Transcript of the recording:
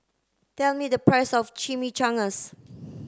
tell me the price of Chimichangas